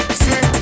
see